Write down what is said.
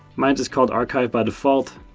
mine's just called archive by default.